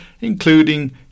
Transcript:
including